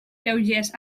lleugers